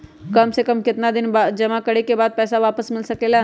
काम से कम केतना दिन जमा करें बे बाद पैसा वापस मिल सकेला?